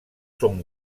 són